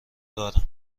دارم